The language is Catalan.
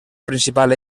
principal